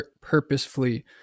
purposefully